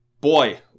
boy